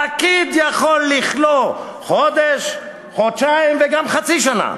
פקיד יכול לכלוא חודש, חודשיים וגם חצי שנה.